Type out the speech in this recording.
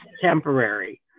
temporary